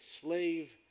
slave